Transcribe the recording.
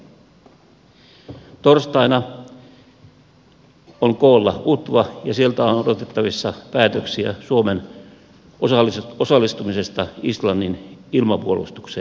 torstaina on koolla utva ja sieltä on odotettavissa päätöksiä suomen osallistumisesta islannin ilmapuolustukseen